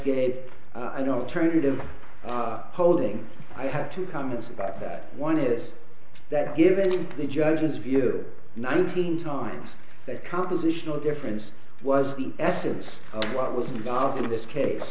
gave an alternative holding i have two comments about that one is that given in the judge's view nineteen times that compositional difference was the essence of what was involved in this case